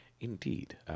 Indeed